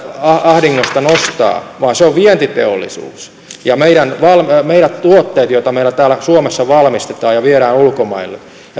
ahdingosta nostaa vaan se on vientiteollisuus ja meidän tuotteet joita meillä täällä suomessa valmistetaan ja viedään ulkomaille